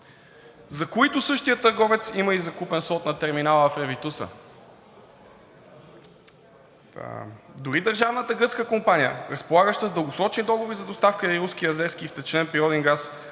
за които същият търговец има и закупен слот на терминала в Ревитуса, дори държавната гръцка компания, разполагаща с дългосрочни договори за доставка на руски и азерски втечнен природен газ,